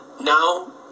Now